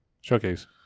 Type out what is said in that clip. showcase